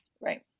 Right